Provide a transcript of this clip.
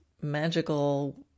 magical